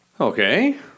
Okay